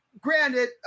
granted